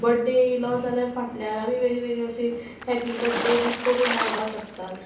birthday येयलो जाल्यार फाटल्यान आमी वेगळीवेगळी अशी हॅप्पी बड्डे बीन कोरून लावपा शकतात